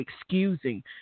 excusing